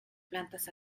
plantas